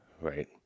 right